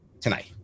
tonight